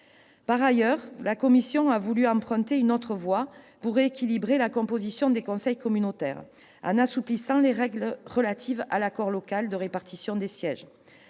Par ailleurs, la commission a voulu emprunter une autre voie pour rééquilibrer la composition des conseils communautaires, en assouplissant les règles relatives à l'accord local de répartition des sièges.